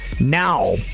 Now